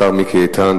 השר מיקי איתן,